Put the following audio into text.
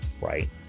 right